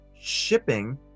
shipping